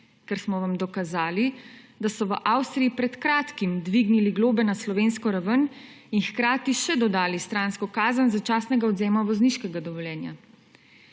ker smo vam dokazali, da so v Avstriji pred kratkim dvignili globe na slovensko raven in hkrati še dodali stransko kazen začasnega odvzema vozniškega dovoljenja.